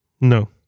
No